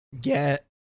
get